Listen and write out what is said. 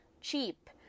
Cheap